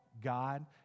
god